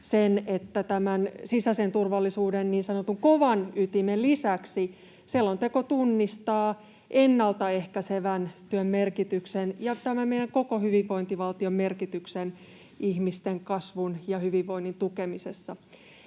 että sisäisen turvallisuuden niin sanotun kovan ytimen lisäksi selonteko tunnistaa ennalta ehkäisevän työn merkityksen ja tämän meidän koko hyvinvointivaltion merkityksen ihmisten kasvun ja hyvinvoinnin tukemisessa